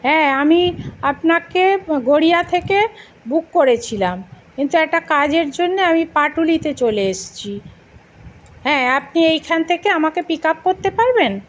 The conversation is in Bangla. হ্যাঁ আমি আপনাকে গড়িয়া থেকে বুক করেছিলাম কিন্তু একটা কাজের জন্যে আমি পাটুলিতে চলে এসেছি হ্যাঁ আপনি এইখান থেকে আমাকে পিক আপ করতে পারবেন